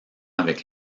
avec